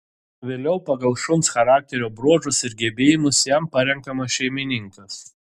vėliau pagal šuns charakterio bruožus ir gebėjimus jam parenkamas šeimininkas